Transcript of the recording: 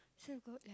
cause I got like